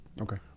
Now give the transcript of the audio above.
Okay